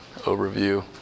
overview